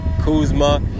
Kuzma